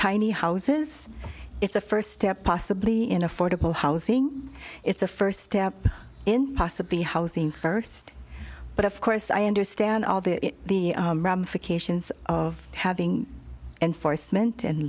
tiny houses it's a first step possibly in affordable housing it's a first step in possibly housing first but of course i understand all that the ramifications of having enforcement and